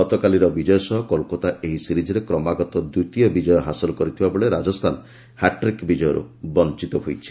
ଗତକାଲିର ବିଜୟ ସହ କୋଲକାତା ଏହି ସିରିଜ୍ରେ କ୍ରମାଗତ ଦ୍ୱିତୀୟ ବିଜୟ ହାସଲ କରିଥିବା ବେଳେ ରାଜସ୍ଥାନ ହ୍ୟାଟ୍ରିକ୍ ବିଜୟରୁ ବଞ୍ଚିତ ହୋଇଛି